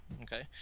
Okay